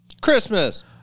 Christmas